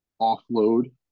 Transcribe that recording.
offload